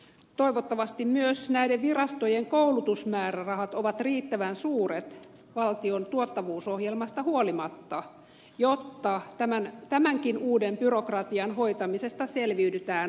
toivottavasti myös näiden virastojen koulutusmäärärahat ovat riittävän suuret valtion tuottavuusohjelmasta huolimatta jotta tämänkin uuden byrokratian hoitamisesta selviydytään kunnialla